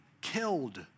killed